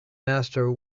master